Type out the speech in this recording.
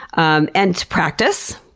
um and to practice,